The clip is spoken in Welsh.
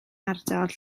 ardal